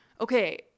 Okay